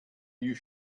you